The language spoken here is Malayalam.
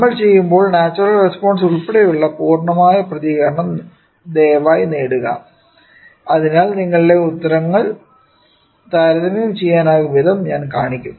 നമ്മൾ ചെയ്യുമ്പോൾ നാച്ചുറൽ റെസ്പോൺസ് ഉൾപ്പെടെയുള്ള പൂർണ്ണമായ പ്രതികരണം ദയവായി നേടുക അതിൽ നിങ്ങളുടെ ഉത്തരങ്ങൾ താരതമ്യം ചെയ്യാനാകുന്ന വിധം ഞാൻ കാണിക്കും